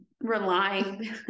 relying